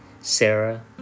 Sarah